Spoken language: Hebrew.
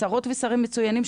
ושרות ושרים מצוינים,